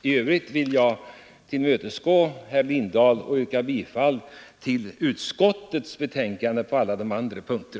Sedan vill jag tillmötesgå herr Lindahl och yrka bifall till utskottets förslag på övriga punkter.